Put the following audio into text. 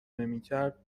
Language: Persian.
نمیکرد